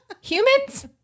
Humans